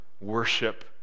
worship